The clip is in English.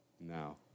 Now